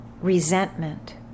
resentment